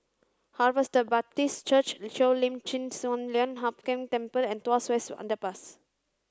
Harvester Baptist Church Cheo Lim Chin Sun Lian Hup Keng Temple and Tuas West Underpass